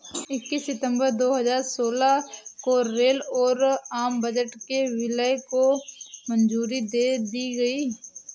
इक्कीस सितंबर दो हजार सोलह को रेल और आम बजट के विलय को मंजूरी दे दी गयी